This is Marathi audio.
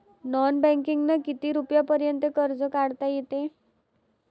नॉन बँकिंगनं किती रुपयापर्यंत कर्ज काढता येते?